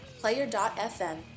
Player.fm